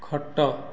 ଖଟ